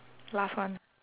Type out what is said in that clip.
last one